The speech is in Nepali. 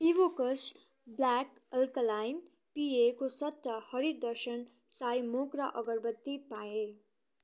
इभोकस ब्ल्याक अल्कालाइन पेयको सट्टा हरिदर्शन साई मोग्रा अगरबत्ती पाएँ